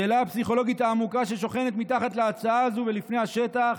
השאלה הפסיכולוגית העמוקה ששוכנת מתחת להצעה הזו ופני השטח,